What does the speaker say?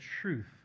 truth